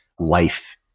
life